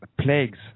plagues